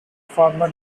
former